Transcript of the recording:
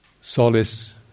solace